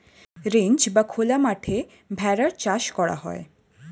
ranch বা খোলা মাঠে ভেড়ার চাষ করা হয়